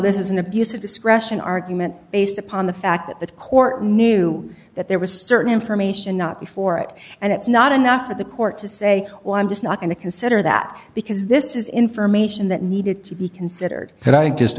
this is an abuse of discretion argument based upon the fact that the court knew that there was certain information not before it and it's not enough of the court to say well i'm just not going to consider that because this is information that needed to be considered and i just